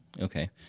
Okay